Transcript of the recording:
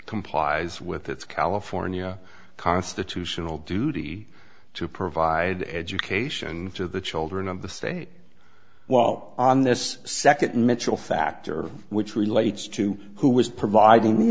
complies with its california constitutional duty to provide education to the children of the state well on this second mitchell factor which relates to who was providing the